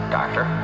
DOCTOR